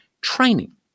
training